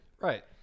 Right